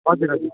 हजुर हजुर